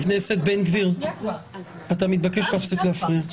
חבר הכנסת בן גביר, אתה מתבקש להפסיק להפריע.